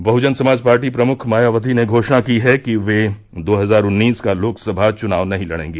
बहजन समाज पार्टी प्रमुख मायावती ने घोषणा की है कि वे दो हजार उन्नीस का लोकसभा चुनाव नहीं लड़ेंगी